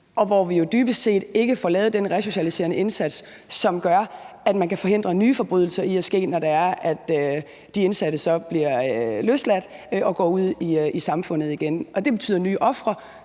og hvor vi jo dybest set ikke får lavet den resocialiserende indsats, som gør, at man kan forhindre, at nye forbrydelser sker, når det er sådan, at de indsatte bliver løsladt, og de igen går ud i samfundet, og det betyder nye ofre,